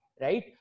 right